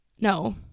no